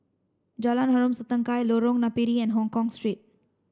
Jalan Harom Setangkai Lorong Napiri and Hongkong Street